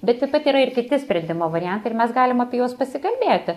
bet taip pat yra ir kiti sprendimo variantai ir mes galim apie juos pasikalbėti